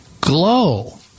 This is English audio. glow